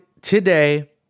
today